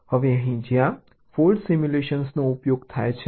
હવે અહીં જ્યાં ફોલ્ટ સિમ્યુલેશનનો ઉપયોગ થાય છે